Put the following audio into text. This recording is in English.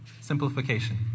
Simplification